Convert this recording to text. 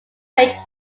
range